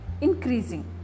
increasing